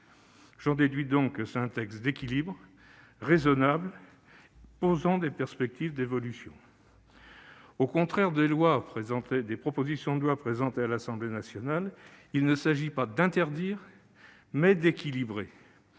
j'en déduis qu'il s'agit d'un texte d'équilibre, raisonnable, posant des perspectives d'évolution. Au contraire des propositions de loi présentées à l'Assemblée nationale, il s'agit non pas d'interdire, mais d'équilibrer.